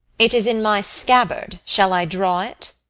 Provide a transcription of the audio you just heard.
it is in my scabbard shall i draw it?